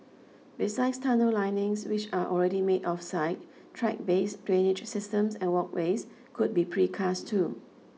besides tunnel linings which are already made off site track beds drainage systems and walkways could be precast too